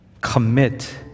commit